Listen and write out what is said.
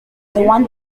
one